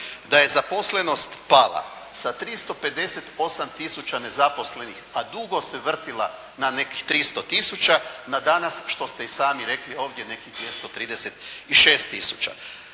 da je zaposlenost pala sa 358 tisuća nezaposlenih, a dugo se vrtila na nekih 300 tisuća, na danas, što ste i sami rekli ovdje nekih 236